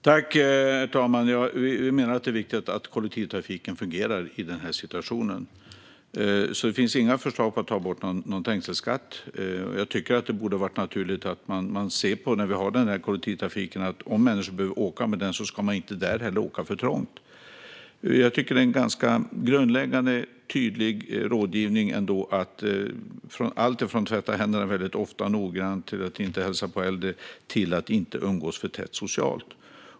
Herr talman! Vi menar att det är viktigt att kollektivtrafiken fungerar i den här situationen, så det finns inga förslag på att ta bort någon trängselskatt. Det borde vara naturligt att om människor behöver åka med kollektivtrafiken så ska de inte behöva åka för trångt. Det finns ändå en grundläggande tydlig rådgivning i alltifrån att tvätta händerna ofta och noggrant och att inte hälsa på äldre till att inte umgås för tätt socialt.